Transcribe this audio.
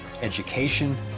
education